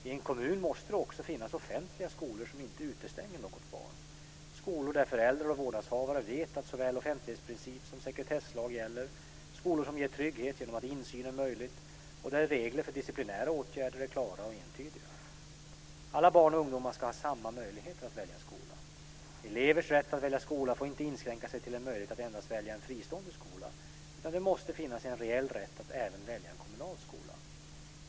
I en kommun måste det också finnas offentliga skolor som inte utestänger något barn; skolor där föräldrar och vårdnadshavare vet att såväl offentlighetsprincipen som sekretesslagen gäller; skolor som ger trygghet genom att insyn är möjlig och där reglerna för disciplinära åtgärder är klara och entydiga. Alla barn och ungdomar ska ha samma möjligheter att välja skola. Elevers rätt att välja skola får inte inskränka sig till en möjlighet att endast välja en fristående skola, utan det måste finnas en reell rätt att även välja en kommunal skola.